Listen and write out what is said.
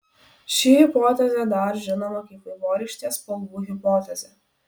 ši hipotezė dar žinoma kaip vaivorykštės spalvų hipotezė